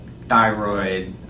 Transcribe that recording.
thyroid